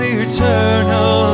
eternal